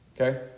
Okay